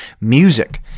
music